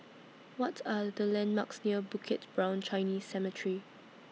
What Are The landmarks near Bukit Brown Chinese Cemetery